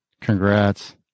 Congrats